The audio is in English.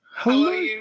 Hello